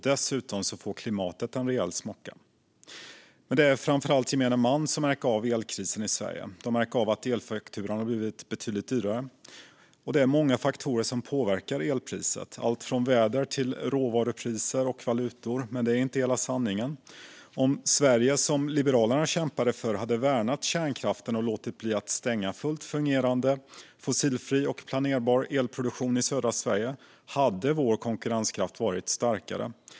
Dessutom får klimatet en rejäl smocka. Men det är framför allt gemene man som märker av elkrisen i Sverige. Människor märker av att elfakturan har blivit betydligt dyrare. Det är många faktorer som påverkar elpriset - allt från väder till råvarupriser och valutor. Detta är dock inte hela sanningen. Om Sverige hade värnat kärnkraften, vilket Liberalerna kämpade för, och låtit bli att stänga fullt fungerande fossilfri och planerbar elproduktion i södra Sverige hade vår konkurrenskraft varit starkare.